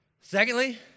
Secondly